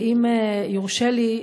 ואם יורשה לי,